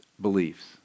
beliefs